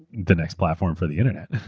the next platform for the internet.